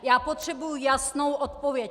Já potřebuji jasnou odpověď!